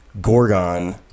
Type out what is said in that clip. Gorgon